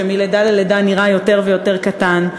שמלידה ללידה נראה יותר ויותר קטן.